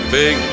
big